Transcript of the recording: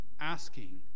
asking